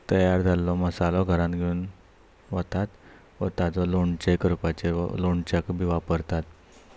तयार जाल्लो मसालो घरान घेवन वतात व ताजो लोणचे करपाचेर लोणच्याक बी वापरतात